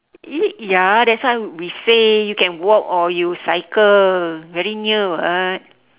y~ ya that's why we say you can walk or you cycle very near [what]